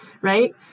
right